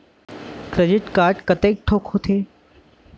Credit card कतेक ठोक होथे?